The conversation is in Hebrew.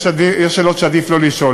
יש שאלות שעדיף לא לשאול.